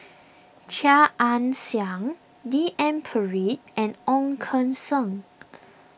Chia Ann Siang D N Pritt and Ong Keng Sen